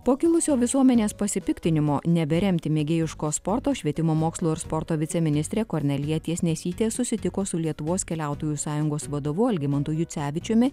po kilusio visuomenės pasipiktinimo neberemti mėgėjiško sporto švietimo mokslo ir sporto viceministrė kornelija tiesnesytė susitiko su lietuvos keliautojų sąjungos vadovu algimantu jucevičiumi